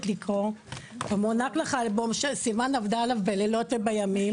לקרוא ומוענק לך אלבום שסיוון עבדה עליו בלילות ובימים,